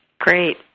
Great